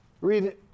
Read